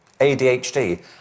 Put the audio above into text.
ADHD